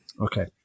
Okay